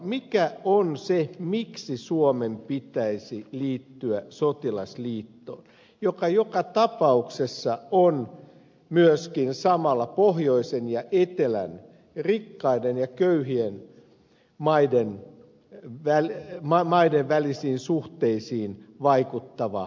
mikä on se syy miksi suomen pitäisi liittyä sotilasliittoon joka joka tapauksessa on myöskin samalla pohjoisen ja etelän rikkaiden ja köyhien maiden välisiin suhteisiin vaikuttava sotilasliittouma